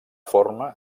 forma